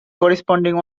corresponding